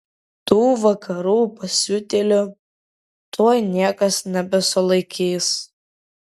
tų vakarų pasiutėlių tuoj niekas nebesulaikys